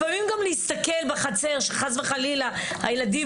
לפעמים גם להסתכל בחצר שחס וחלילה הילדים